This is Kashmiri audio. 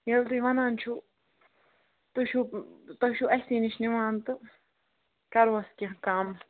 ییٚلہِ تُہۍ ونان چھِ تُہۍ چھِ تۅہہِ چھُو اَسی نِش نِوان تہٕ کَرو حظ کیٚنٛہہ کَم